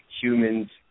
humans –